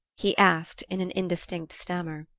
he asked in an indistinct stammer.